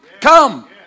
come